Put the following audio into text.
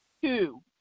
Two